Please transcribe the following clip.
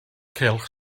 cylch